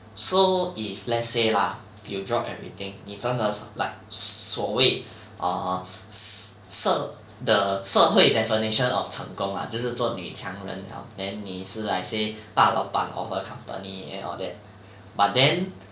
so if let's say lah if you drop everything 你真的 like 所谓 err 社 the 社会 definition of 成功 ah 就是做女强人 liao then 你是 like say 大老板 of a company and all that but then